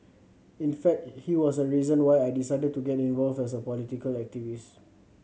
in fact he was a reason why I decided to get involved as a political activist